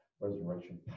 resurrection